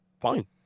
fine